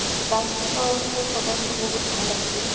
তো প্লাষ্টিকৰ সেই প্ৰডাক্টটো বহুত ভাল আছিলে